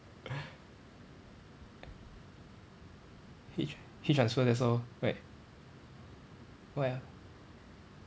heat tra~ heat transfer that's all right why ah